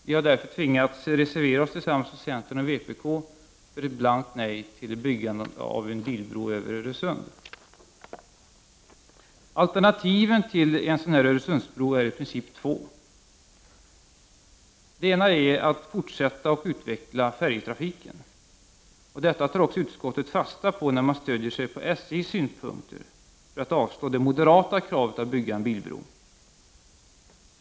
Vi har därför tvingats reservera oss, tillsammans med centern och vpk, för ett blankt nej till byggande av en bilbro över Öresund. Alternativen till en Öresundsbro är i princip två. Det ena är att fortsätta och utveckla färjetrafiken. Detta tar också utskottet fasta på när det stöder sig på SJ:s synpunkter för att avstyrka det moderata kravet på att bygga en bilbro.